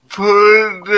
put